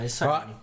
right